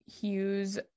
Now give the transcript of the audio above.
Hughes